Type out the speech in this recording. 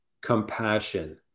compassion